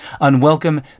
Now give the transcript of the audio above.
unwelcome